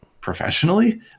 professionally